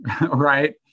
right